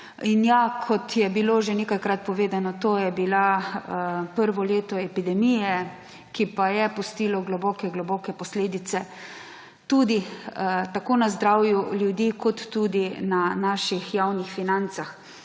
Kot je bilo že nekajkrat povedano, je bilo to prvo leto epidemije, ki je pustilo globoke posledice tako na zdravju ljudi kot tudi na naših javnih financah.